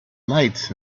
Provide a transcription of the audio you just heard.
lights